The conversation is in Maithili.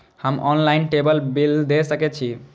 हम ऑनलाईनटेबल बील दे सके छी?